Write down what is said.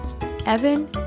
Evan